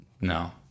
No